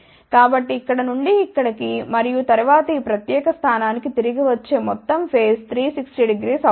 కాబట్టి ఇక్కడ నుండి ఇక్కడికి మరియు తరువాత ఈ ప్రత్యేక స్థానానికి తిరిగి వచ్చే మొత్తం ఫేస్ 3600 అవుతుంది